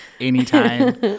anytime